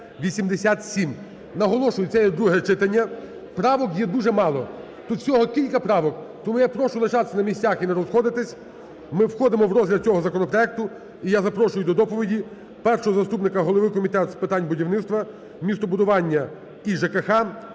Наголошую: це є друге читання. Правок є дуже мало. Тут всього кілька правок. Тому я прошу лишатись на місцях і не розходитись, ми входимо в розгляд цього законопроекту. І я запрошую до доповіді першого заступника голови Комітету з питань будівництва, містобудування і ЖКГ